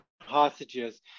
hostages